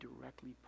directly